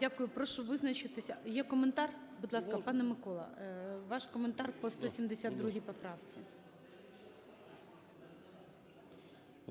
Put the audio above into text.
Дякую. Прошу визначитись. Є коментар? Будь ласка, пане Микола, ваш коментар по 172 поправці.